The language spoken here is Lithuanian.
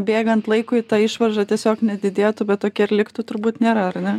bėgant laikui ta išvarža tiesiog nedidėtų bet tokia ir liktų turbūt nėra ar ne